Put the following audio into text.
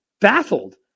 baffled